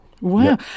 Wow